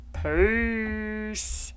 Peace